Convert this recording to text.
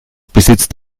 besitzt